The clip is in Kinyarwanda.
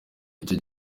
icyo